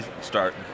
start